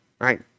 right